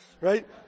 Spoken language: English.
right